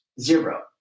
Zero